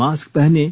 mask पहनें